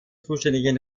zuständigen